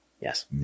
Yes